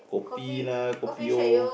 kopi lah kopi O